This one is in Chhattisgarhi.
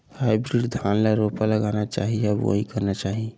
हाइब्रिड धान ल रोपा लगाना चाही या बोआई करना चाही?